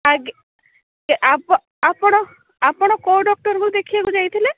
ଆଜ୍ଞା ଆପଣ ଆପଣ କେଉଁ ଡକ୍ଟରଙ୍କୁ ଦେଖିବାକୁ ଯାଇଥିଲେ